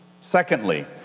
Secondly